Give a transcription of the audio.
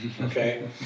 okay